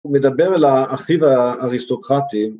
הוא מדבר אל האחיו האריסטוקרטים